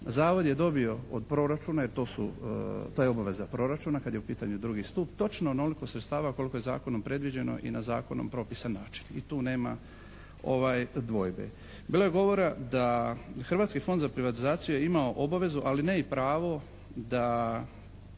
zavod je dobio od proračuna jer to su, to je obaveza proračuna kad je u pitanju drugi stup točno onoliko se stavlja koliko je zakonom predviđeno i na zakonom propisan način i tu nema dvojbe. Bilo je govora da Hrvatski fond za privatizaciju je imao obavezu, ali ne i pravo da